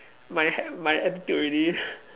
my ha~ my aptitude already